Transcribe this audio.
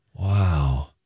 Wow